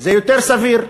זה יותר סביר,